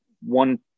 one